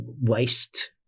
waste